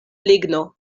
ligno